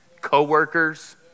coworkers